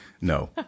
no